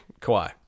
Kawhi